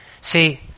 See